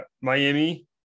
miami